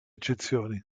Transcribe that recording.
eccezioni